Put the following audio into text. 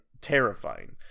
terrifying